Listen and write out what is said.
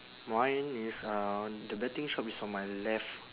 mine is uh the betting shop is on my left